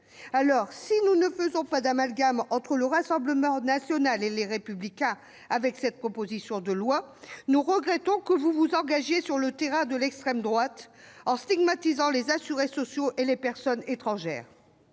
nous gardons de faire un amalgame entre le Rassemblement national et Les Républicains à propos de cette proposition de loi, nous regrettons que vous vous engagiez sur le terrain de l'extrême droite en stigmatisant les assurés sociaux et les personnes étrangères.